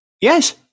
Yes